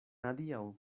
adiaŭ